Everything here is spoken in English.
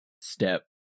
step